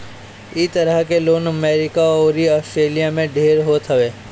इ तरह के लोन अमेरिका अउरी आस्ट्रेलिया में ढेर होत हवे